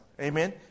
amen